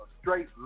straight